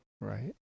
Right